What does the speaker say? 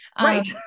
Right